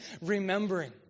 remembering